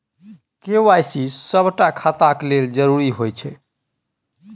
KYC सभटा खाताक लेल जरुरी होइत छै